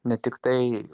ne tiktai